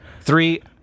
Three